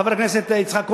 חבר הכנסת יצחק כהן,